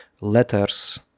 letters